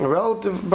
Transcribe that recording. relative